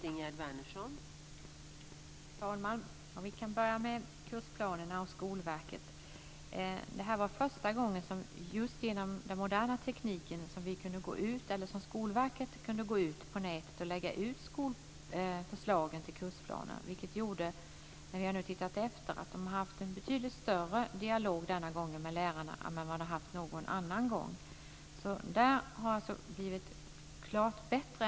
Fru talman! Jag kan börja med kursplanerna och Skolverket. Det här var första gången som Skolverket genom den moderna tekniken kunde gå ut på nätet och lägga ut förslagen till kursplaner. När vi nu har tittat efter har vi sett att de denna gång har haft en betydligt större dialog med lärarna än vad de har haft tidigare. Det har alltså blivit klart bättre.